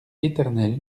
éternel